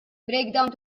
breakdown